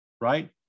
right